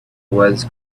was